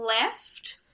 left